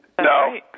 No